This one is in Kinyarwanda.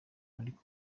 ariko